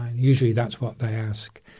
usually that's what they ask.